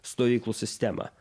stovyklų sistemą